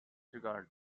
regard